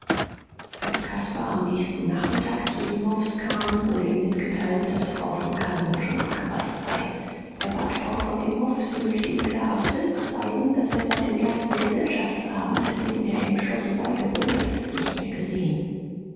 als caspar am nächsten nachmittag zu imhoffs kam wurde ihm mitgeteilt daß frau von kannawurf schon abgereist sei er bat frau von imhoff sie möchte ihm claras bild zeigen das er seit dem ersten gesellschaftsabend dem er im schlosse beigewohnt nicht mehr gesehen